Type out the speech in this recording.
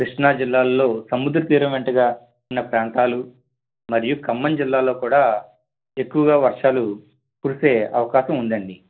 సముద్ర తీరం వెంటగా ఉన్న ప్రాంతాలు మరియు ఖమ్మం జిల్లాలలో కూడా ఎక్కువగా వర్షాలు కురిసే అవకాశం ఉందండి